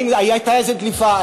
האם הייתה איזו דליפה,